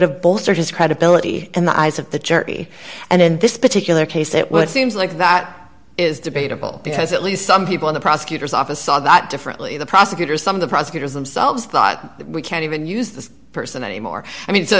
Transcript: have bolstered his credibility in the eyes of the jury and in this particular case it would seems like that is debatable because at least some people in the prosecutor's office saw that differently the prosecutors some of the prosecutors themselves thought we can't even use this person anymore i mean